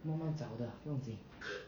慢慢找的不用经